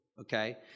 okay